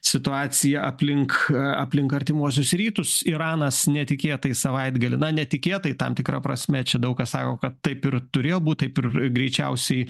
situaciją aplink aplink artimuosius rytus iranas netikėtai savaitgalį na netikėtai tam tikra prasme čia daug kas sako kad taip ir turėjo būt taip ir greičiausiai